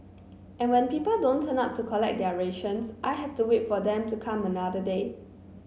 and when people don't turn up to collect their rations I have to wait for them to come another day